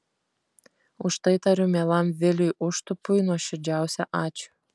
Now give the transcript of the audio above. už tai tariu mielam viliui užtupui nuoširdžiausią ačiū